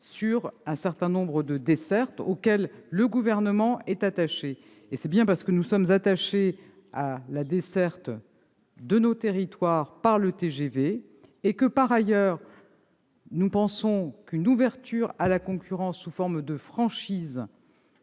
pour un certain nombre de dessertes, auxquelles le Gouvernement est attaché. C'est bien parce que nous sommes attachés à la desserte de nos territoires par le TGV et que, par ailleurs, nous pensons qu'une ouverture à la concurrence, sous forme de franchises,